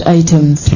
items